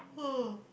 ah